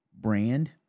brand